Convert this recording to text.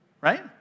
right